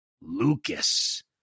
Lucas